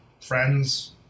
friends